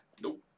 Nope